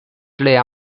lia